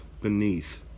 beneath